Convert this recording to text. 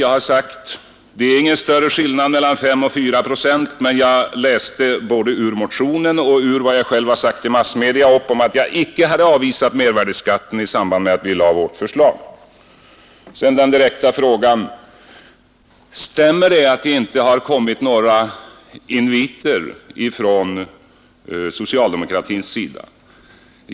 Jag har sagt att det inte är någon större skillnad mellan 5 och 4 procent, men varken i motionen eller i massmedia har jag avvisat förslag beträffande mervärdeskatten i samband med att vi lade fram vårt förslag. Sedan ställde statsministern en direkt fråga: Stämmer påståendet att det inte har kommit några inviter från socialdemokraterna?